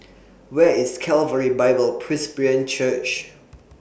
Where IS Calvary Bible Presbyterian Church